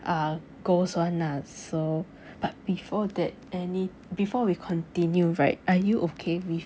ah ghost [one] lah so but before that any before we continue right are you okay with